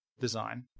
design